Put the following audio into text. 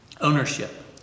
ownership